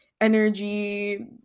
energy